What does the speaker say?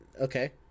okay